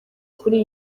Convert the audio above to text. kuri